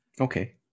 Okay